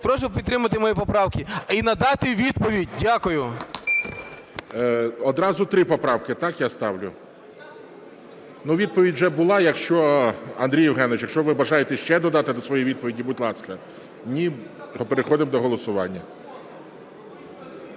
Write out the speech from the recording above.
Прошу підтримати мої поправки і надати відповідь. Дякую. ГОЛОВУЮЧИЙ. Одразу три поправки, так, я ставлю? Відповідь уже була. Якщо… Андрій Євгенович, якщо ви бажаєте ще додати до своєї відповіді, будь ласка. Ні, то переходимо до голосування.